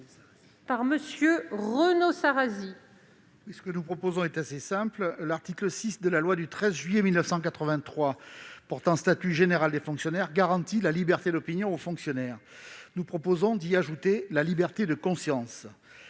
Christian Redon-Sarrazy. Ce que nous proposons est assez simple. L'article 6 de la loi du 13 juillet 1983 portant statut général des fonctionnaires garantit la liberté d'opinion aux fonctionnaires. Nous proposons d'y ajouter la liberté de conscience.